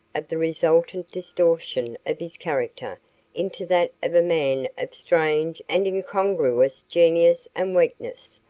of the resultant distortion of his character into that of a man of strange and incongruous genius and weakness,